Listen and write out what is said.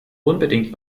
unbedingt